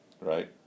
Right